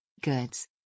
Goods